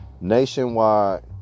nationwide